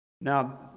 Now